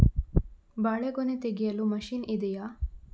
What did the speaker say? ಬಾಳೆಗೊನೆ ತೆಗೆಯಲು ಮಷೀನ್ ಇದೆಯಾ?